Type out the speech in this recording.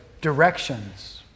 directions